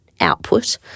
output